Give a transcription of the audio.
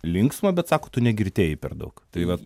linksma bet sako tu negirtėji per daug tai vat